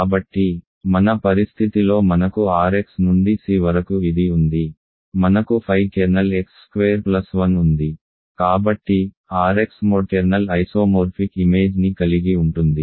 కాబట్టి మన పరిస్థితిలో మనకు R x నుండి C వరకు ఇది ఉంది మనకు phi kernel x square plus 1 ఉంది కాబట్టి R x mod kernel isomorphic ఇమేజ్ని కలిగి ఉంటుంది